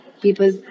people